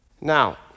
Now